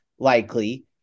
likely